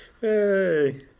Hey